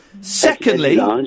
Secondly